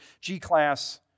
G-class